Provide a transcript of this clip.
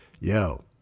yo